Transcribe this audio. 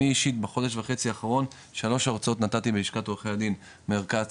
אני אישית בחודש וחצי האחרון שלוש הרצאות נתתי בלשכת עורכי הדין מרכז,